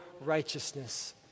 righteousness